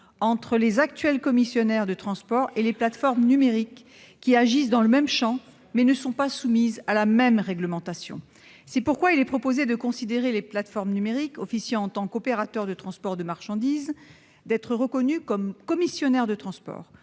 entre les actuels commissionnaires de transport et les plateformes numériques, qui agissent dans le même champ, mais ne sont pas soumises à la même réglementation. Il est ainsi proposé de considérer les plateformes numériques officiant en tant qu'opérateurs de transport de marchandises comme des commissionnaires de transport.